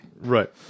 Right